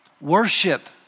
worship